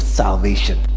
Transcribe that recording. salvation